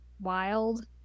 Wild